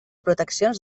proteccions